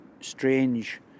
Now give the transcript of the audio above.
strange